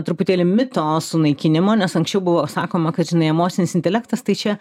truputėlį mito sunaikinimo nes anksčiau buvo sakoma kad žinai emocinis intelektas tai čia